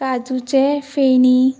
काजूचे फेणी